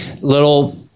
little